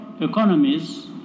economies